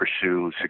pursue